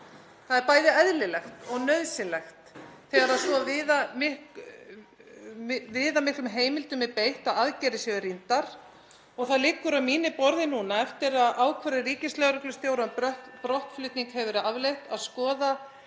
Það er bæði eðlilegt og nauðsynlegt þegar svo viðamiklum heimildum er beitt að aðgerðir séu rýndar og það liggur á mínu borði núna, eftir að ákvörðun ríkislögreglustjóra um brottflutning (Forseti hringir.) hefur